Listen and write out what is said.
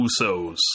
Usos